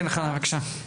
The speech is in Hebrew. כן חנה, בבקשה.